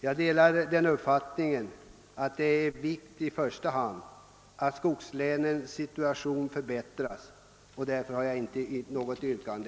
Jag delar emellertid uppfattningen att skogslänens situation i första hand måste förbättras. Jag har, herr talman, inget yrkande.